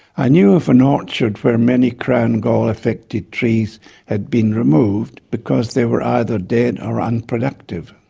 i knew of an orchard where many crown gall affected trees had been removed because they were either dead or unproductive.